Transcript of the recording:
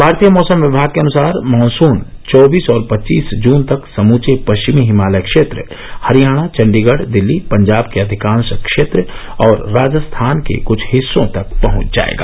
भारतीय मौसम विभाग के अनुसार मॉनसून चौबीस और पच्चीस जून तक समूचे पश्चिमी हिमालय क्षेत्र हरियाणा चंडीगढ दिल्ली पंजाब के अधिकांश क्षेत्र और राजस्थान के कुछ हिस्सों तक पहुंच जायेगा